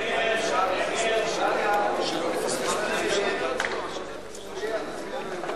הצעת סיעת מרצ להביע